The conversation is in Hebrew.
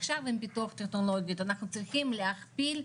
עכשיו עם פיתוח טכנולוגיות אנחנו צריכים להכפיל,